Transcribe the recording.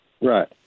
Right